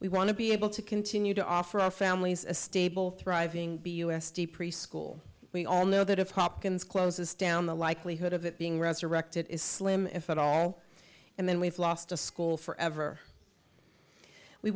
we want to be able to continue to offer our families a stable thriving b u s t preschool we all know that if hopkins closes down the likelihood of it being resurrected is slim if at all and then we've lost a school forever we